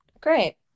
Great